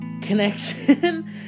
Connection